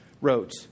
wrote